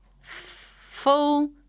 Full